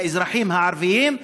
לאזרחים הערבים,